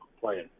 playing